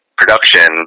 production